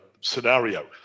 scenario